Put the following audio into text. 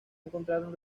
encontraron